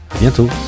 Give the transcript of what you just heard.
Bientôt